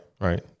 right